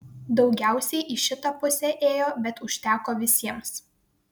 daugiausiai į šitą pusę ėjo bet užteko visiems